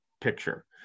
picture